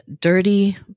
dirty